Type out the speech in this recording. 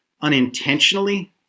unintentionally